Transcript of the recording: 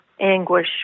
anguish